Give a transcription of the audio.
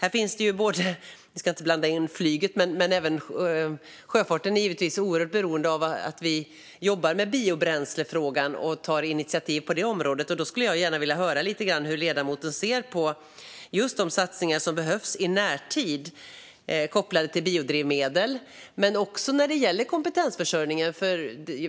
Jag ska inte blanda in flyget, men även sjöfarten är givetvis oerhört beroende av att vi jobbar med biobränslefrågan och tar initiativ på det området. Därför skulle jag gärna vilja höra lite grann hur ledamoten ser på de satsningar som behövs i närtid kopplade till biodrivmedel men också när det gäller kompetensförsörjningen.